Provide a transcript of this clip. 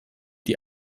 die